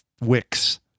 wicks